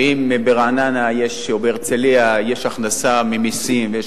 ואם ברעננה או בהרצלייה יש הכנסה ממסים ויש